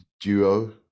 duo